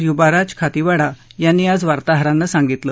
युबाराज खातीवाडा यांनी आज वार्ताहरांना सांगितलं